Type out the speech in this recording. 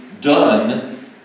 done